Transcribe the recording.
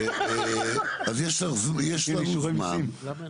אז יש לנו זמן עדיין,